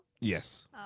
yes